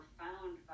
found